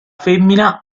femmina